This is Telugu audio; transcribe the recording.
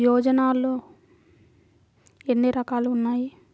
యోజనలో ఏన్ని రకాలు ఉన్నాయి?